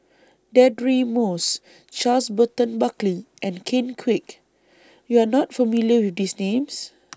Deirdre Moss Charles Burton Buckley and Ken Kwek YOU Are not familiar with These Names